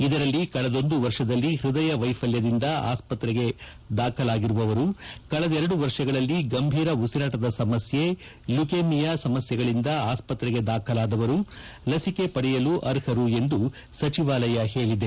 ಇದರಲ್ಲಿ ಕಳೆದೊಂದು ವರ್ಷದಲ್ಲಿ ಪ್ಪದಯ ವೈಫಲ್ಲದಿಂದ ಆಸ್ಪತ್ರೆಗೆ ದಾಖಲಾಗಿರುವವರು ಕಳೆದೆರಡು ವರ್ಷಗಳಲ್ಲಿ ಗಂಭೀರ ಉಸಿರಾಟದ ಸಮಸ್ಲೆ ಲ್ಲುಕೇಮಿಯಾ ಸಮಸ್ಲೆಗಳಿಂದ ಆಸ್ಪತ್ರೆಗೆ ದಾಖಲಾದವರು ಲಸಿಕೆ ಪಡೆಯಲು ಅರ್ಹರು ಎಂದು ಸಚಿವಾಲಯ ಹೇಳಿದೆ